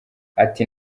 ati